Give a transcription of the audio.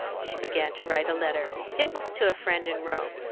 she began to write a letter. it was to a friend in rome,